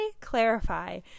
clarify